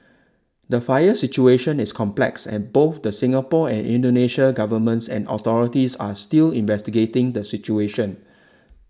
the fire situation is complex and both the Singapore and Indonesia governments and authorities are still investigating the situation